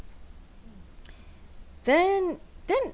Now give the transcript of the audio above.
then then